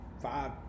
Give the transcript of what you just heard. five